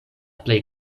plej